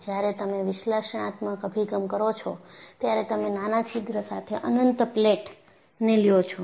જ્યારે તમે વિશ્લેષણાત્મક અભિગમ કરો છો ત્યારે તમે નાના છિદ્ર સાથે અનંત પ્લેટને લ્યો છો